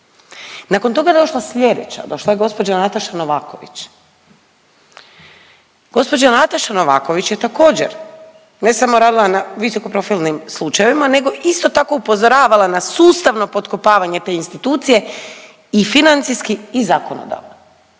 Nakon toga je došla slijedeća. Došla je gospođa Nataša Novaković. Gospođa Nataša Novaković je također ne samo radila na visoko profilnim slučajevima nego isto tako upozorava na sustavno potkopavanje te institucije i financijski i zakonodavno.